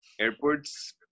Airports